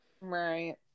Right